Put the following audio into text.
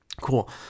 Cool